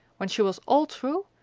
when she was all through,